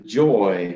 joy